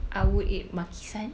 I would eat maki-san